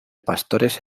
pastores